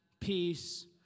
peace